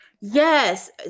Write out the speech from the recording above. Yes